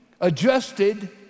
adjusted